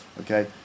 okay